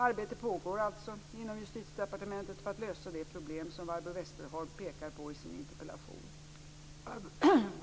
Arbete pågår alltså inom Justitiedepartementet för att lösa det problem som Barbro Westerholm pekar på i sin interpellation.